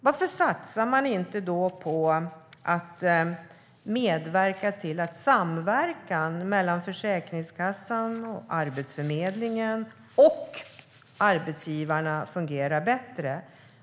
Varför satsar man då inte på att medverka till att samverkan mellan Försäkringskassan, Arbetsförmedlingen och arbetsgivarna fungerar bättre?